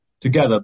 together